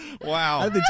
Wow